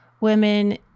women